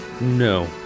No